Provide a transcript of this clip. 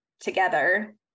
together